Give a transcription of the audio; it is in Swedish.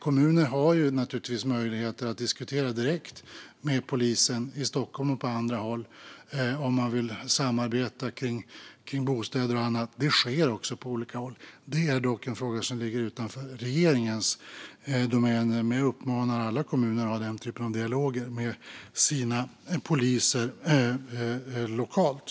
Kommuner har naturligtvis möjligheter att diskutera direkt med polisen i Stockholm och på andra håll om man vill samarbeta kring bostäder och annat. Det sker också på olika håll. Det är dock en fråga som ligger utanför regeringens domäner. Men jag uppmanar alla kommuner att ha sådana dialoger med den lokala polisen.